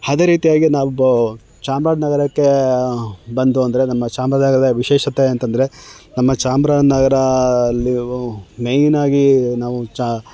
ಅದೇ ರೀತಿಯಾಗಿ ನಾವು ಚಾಮರಾಜನಗರಕ್ಕೆ ಬಂತು ಅಂದರೆ ನಮ್ಮ ಚಾಮರಾಜನಗರದ ವಿಶೇಷತೆ ಅಂತ ಅಂದ್ರೆ ನಮ್ಮ ಚಾಮರಾಜನಗರ ಅಲ್ಲಿ ಮೇಯ್ನಾಗಿ ನಾವು ಚಾ